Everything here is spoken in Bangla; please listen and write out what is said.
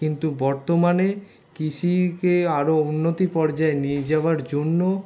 কিন্তু বর্তমানে কৃষিকে আরও উন্নতির পর্যায়ে নিয়ে যাওয়ার জন্য